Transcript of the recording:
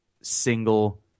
single